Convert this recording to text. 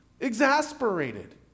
exasperated